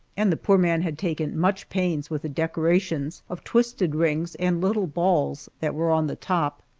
and the poor man had taken much pains with the decorations of twisted rings and little balls that were on the top.